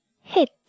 HIT